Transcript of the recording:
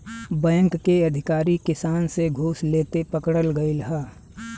bank के अधिकारी किसान से घूस लेते पकड़ल गइल ह